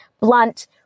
blunt